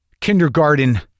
kindergarten